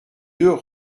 deux